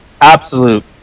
absolute